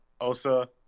Osa